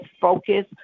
focus